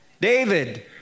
David